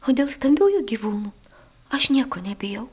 o dėl stambiųjų gyvūnų aš nieko nebijau